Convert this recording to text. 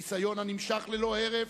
ניסיון שנמשך בלא הרף,